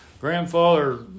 grandfather